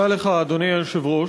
אדוני היושב-ראש,